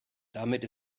damit